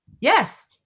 Yes